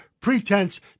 pretense